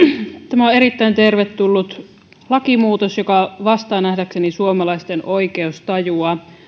tämä on erittäin tervetullut lakimuutos joka vastaa nähdäkseni suomalaisten oikeustajua